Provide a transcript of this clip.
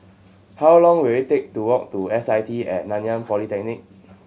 how long will it take to walk to S I T At Nanyang Polytechnic